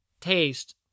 taste